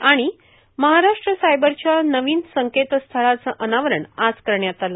आणि महाराष्ट्र सायबरच्या नवीन संकेत स्थळाच अनावरण आज करण्यात आलं